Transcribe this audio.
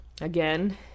Again